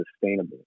sustainable